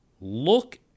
Look